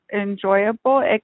enjoyable